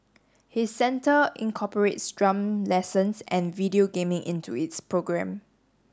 his centre incorporates drum lessons and video gaming into its programme